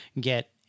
get